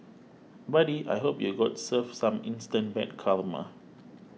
buddy I hope you got served some instant bad karma